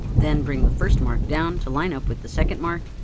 then bring the first mark down to line up with the second mark,